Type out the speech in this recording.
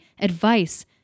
advice